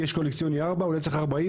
כי יש קואליציוני 4. אולי צריך 40,